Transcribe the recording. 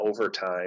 overtime